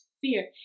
fear